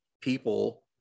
people